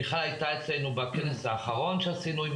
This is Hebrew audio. מיכל היתה אצלנו בכנס האחרון שעשינו עם